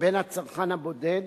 לבין הצרכן הבודד,